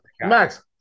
Max